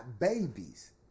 Babies